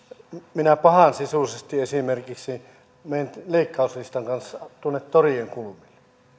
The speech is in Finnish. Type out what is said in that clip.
minä pahansisuisesti esimerkiksi menen leikkauslistan kanssa tuonne torien kulmille